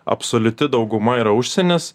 absoliuti dauguma yra užsienis